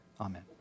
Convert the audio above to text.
Amen